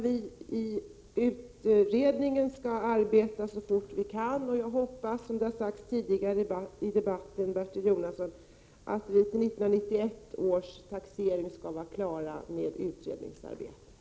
Vi i utredningen skall arbeta så fort vi kan. Jag hoppas, som det har sagts tidigare i debatten, att vi, Bertil Jonasson, till 1991 års taxering skall vara klara med utredningsarbetet.